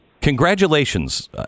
congratulations